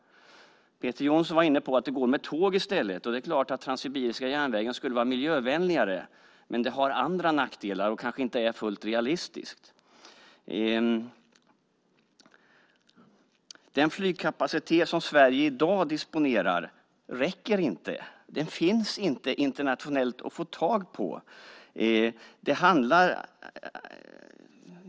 Peter Jonsson var inne på att det går med tåg i stället. Det är klart att transibiriska järnvägen skulle vara miljövänligare, men det har andra nackdelar och kanske inte är fullt realistiskt. Den flygkapacitet Sverige i dag disponerar räcker inte. Den finns inte internationellt att få tag på.